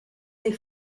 des